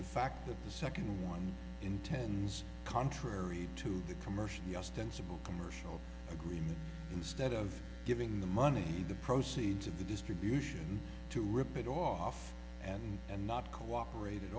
the fact that the second one intends contrary to the commercial the ostensible commercial agreement instead of giving the money the proceeds of the distribution to rip it off and and not cooperating a